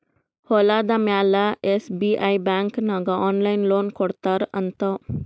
ಹೊಲುದ ಮ್ಯಾಲ SBI bank ನಾಗ್ ಆನ್ಲೈನ್ ಲೋನ್ ಕೊಡ್ತಾರ್ ಅಂತ್